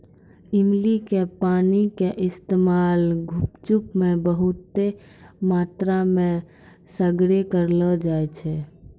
इमली के पानी के इस्तेमाल गुपचुप मे बहुते मात्रामे सगरे करलो जाय छै